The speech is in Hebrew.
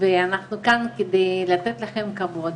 ואנחנו כאן כדי לתת לכם כבוד